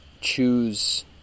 choose